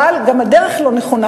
אבל גם הדרך לא נכונה,